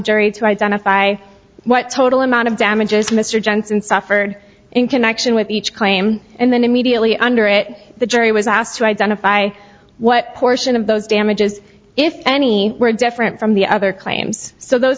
jury to identify what total amount of damages mr jensen suffered in connection with each claim and then immediately under it the jury was asked to identify what portion of those damages if any were different from the other claims so those